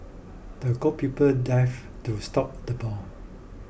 the goalkeeper dived to stop the ball